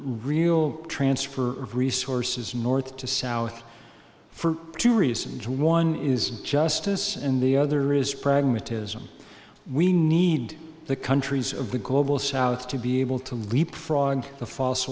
real transfer of resources north to south for two reasons one is justice and the other is pragmatism we need the countries of the global south to be able to leapfrog